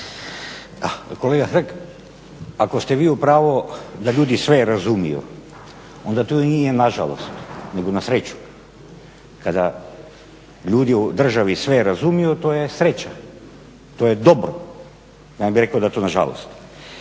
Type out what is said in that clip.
ako ste vi u pravu da ljudi sve razumiju onda to nije nažalost nego na sreću. Kada ljudi u državi sve razumiju to je sreća, to je dobro … rekao da je to nažalost.